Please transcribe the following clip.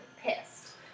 pissed